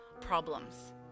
problems